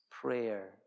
prayer